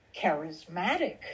charismatic